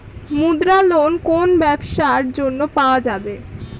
মুদ্রা লোন কোন কোন ব্যবসার জন্য পাওয়া যাবে?